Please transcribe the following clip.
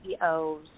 CEOs